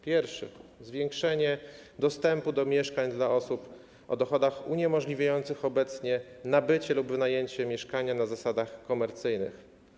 Pierwszy to zwiększenie dostępu do mieszkań dla osób o dochodach uniemożliwiających obecnie nabycie lub wynajęcie mieszkania na zasadach komercyjnych.